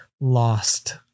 lost